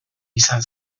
izan